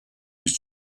his